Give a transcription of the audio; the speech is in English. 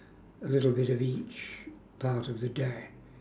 a little bit of each part of the day